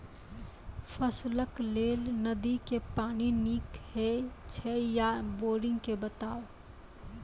फसलक लेल नदी के पानि नीक हे छै या बोरिंग के बताऊ?